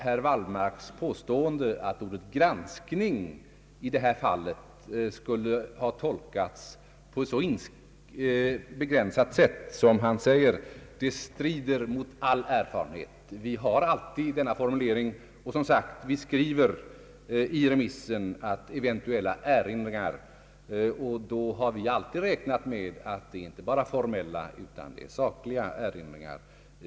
Herr Wallmarks påstående att ordet »granskning» i detta fall skulle ha tolkats på ett begränsat sätt strider mot all erfarenhet. Vi använder alltid denna formulering, och vi skriver, som jag tidigare sagt, i remisser att eventuella erinringar får framföras inom viss tid. Då har vi alltså räknat med att det inte bara kan vara formella utan även sakliga erinringar.